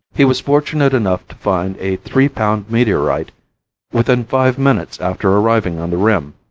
he was fortunate enough to find a three pound meteorite within five minutes after arriving on the rim,